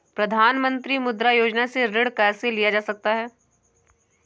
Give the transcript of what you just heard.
प्रधानमंत्री मुद्रा योजना से ऋण कैसे लिया जा सकता है?